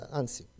anzi